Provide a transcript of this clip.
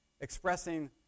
expressing